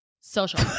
Social